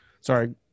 sorry